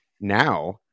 now